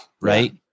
Right